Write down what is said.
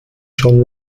schon